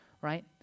right